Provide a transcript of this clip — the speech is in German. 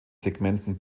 segmenten